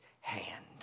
hand